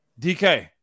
DK